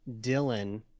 Dylan